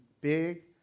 big